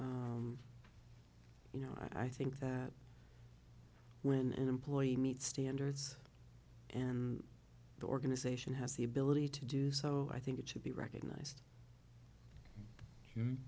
have you know i think that when an employee meet standards and the organization has the ability to do so i think it should be recognized